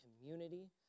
community